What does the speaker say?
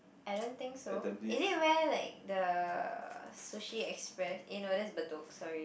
I don't think so is it where like the Sushi Express eh no that's Bedok sorry